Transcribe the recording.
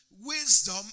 Wisdom